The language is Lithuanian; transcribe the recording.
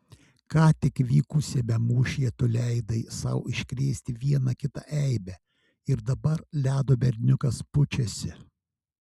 ką tik vykusiame mūšyje tu leidai sau iškrėsti vieną kitą eibę ir dabar ledo berniukas pučiasi